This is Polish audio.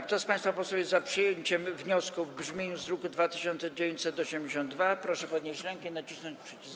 Kto z państwa posłów jest za przyjęciem wniosku w brzmieniu z druku nr 2982, proszę podnieść rękę i nacisnąć przycisk.